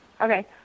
Okay